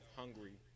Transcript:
hungry